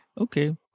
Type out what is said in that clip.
Okay